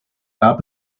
gab